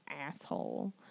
asshole